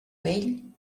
vell